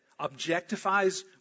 objectifies